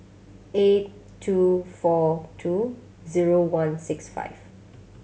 eight two four two zero one six five